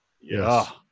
Yes